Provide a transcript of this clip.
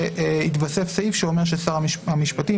יתווסף סעיף שאומר ששר המשפטים,